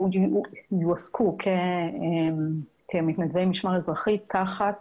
יועסקו כמתנדבי משמר אזרחי תחת